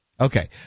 Okay